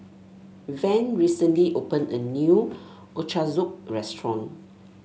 Van recently open a new Ochazuke restaurant